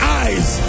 eyes